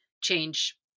change